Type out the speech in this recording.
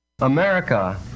America